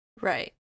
right